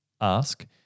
Ask